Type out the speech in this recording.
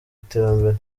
iterambere